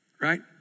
right